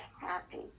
happy